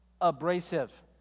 abrasive